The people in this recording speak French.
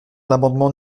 l’amendement